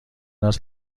است